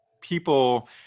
people